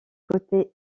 côté